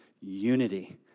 unity